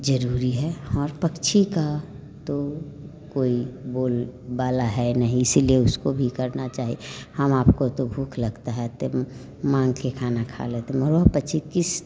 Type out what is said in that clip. ज़रूरी है और पक्षी का तो कोई बोल बाला है नहीं इसलिए उसको भी करना चाहिए हम आपको तो भूख लगती है तो माँगकर खाना खा लेते मोर वे पक्षी किस